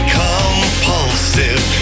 compulsive